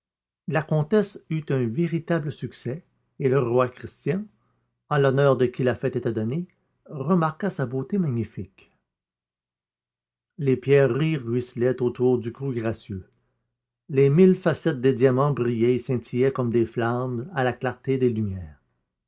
la comtesse eut un véritable succès et le roi christian en l'honneur de qui la fête était donnée remarqua sa beauté magnifique les pierreries ruisselaient autour du cou gracieux les mille facettes des diamants brillaient et scintillaient comme des flammes à la clarté des lumières